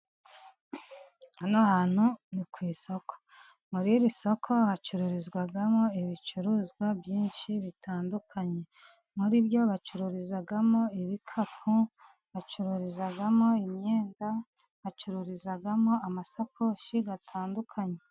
Hano hantu ni ku isoko, muri iri soko hacururizwamo ibicuruzwa byinshi bitandukanye, muri byo bacururizamo ibikapu, bacururizamo imyenda, bacururizamo amasakoshi atandukanye.